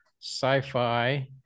sci-fi